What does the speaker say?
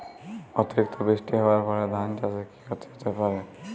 অতিরিক্ত বৃষ্টি হওয়ার ফলে ধান চাষে কি ক্ষতি হতে পারে?